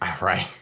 Right